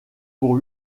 pour